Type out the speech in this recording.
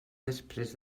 després